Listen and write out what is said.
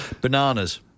bananas